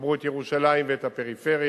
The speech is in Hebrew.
שיחברו את ירושלים ואת הפריפריה.